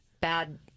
Bad